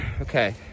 okay